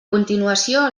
continuació